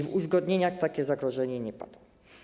W uzgodnieniach takie zagrożenie nie pada.